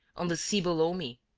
on the sea below me,